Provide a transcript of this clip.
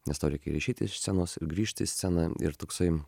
nes tau reikia ir išeiti iš scenos ir grįžti į sceną ir toksai